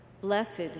Blessed